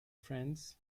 friends